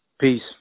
Peace